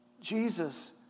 Jesus